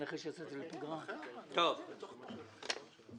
למה שהיה בבחירות לרשויות המקומיות?